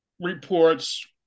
reports